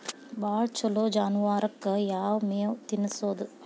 ಭಾಳ ಛಲೋ ಜಾನುವಾರಕ್ ಯಾವ್ ಮೇವ್ ತಿನ್ನಸೋದು?